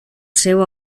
seu